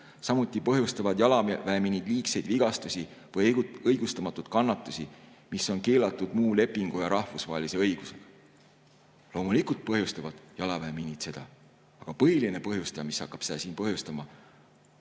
samuti põhjustavad jalaväemiinid liigseid vigastusi või õigustamatuid kannatusi, mis on keelatud muu lepingu ja rahvusvahelise õigusega." Loomulikult põhjustavad jalaväemiinid seda, aga põhiline põhjustaja, mis hakkaks seda siin põhjustama,